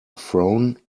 frown